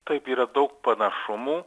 taip yra daug panašumų